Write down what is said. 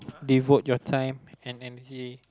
devote your time and energy